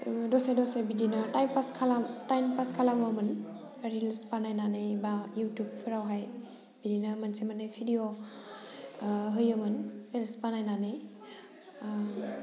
इबो दसे दसे बिदिनो टाइम पास टाइम पास खालामोमोन रिल्स बानायनानै बा युटुबफोरावहाय बिदिनो मोनसे मोननै भिडिय' होयोमोनो रिल्स बानायनानै